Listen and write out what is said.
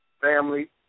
family